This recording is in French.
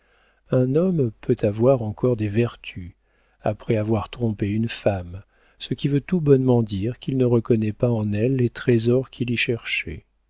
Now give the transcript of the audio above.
un homme peut avoir encore des vertus après avoir trompé une femme ce qui veut tout bonnement dire qu'il ne reconnaît pas en elle les trésors qu'il y cherchait